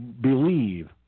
believe